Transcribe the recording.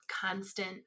constant